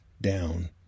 down